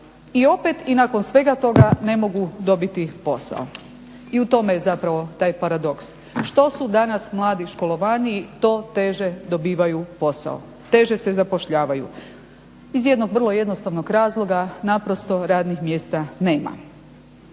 i opet i nakon svega toga ne mogu dobiti posao. I u tome je zapravo taj paradoks. Što su danas mladi školovaniji to teže dobivaju posao, teže se zapošljavaju iz jednog vrlo jednostavnog razloga naprosto radnih mjesta nema.